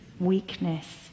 Weakness